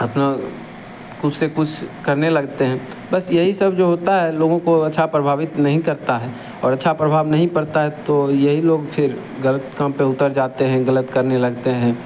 अपना खुद से कुछ करने लगते हैं बस यही सब जो होता है लोगों को अच्छा प्रभावित नहीं करता है और अच्छा प्रभाव नहीं पड़ता है तो यही लोग फिर गलत काम पर उतर जाते हैं गलत करने लगते हैं